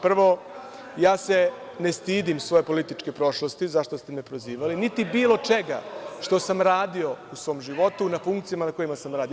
Prvo, ja se ne stidim svoje političke prošlosti, zašta ste me prozivali, niti bilo čega što sam radio u svom životu na funkcijama na kojima sam radio.